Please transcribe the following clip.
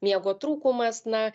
miego trūkumas na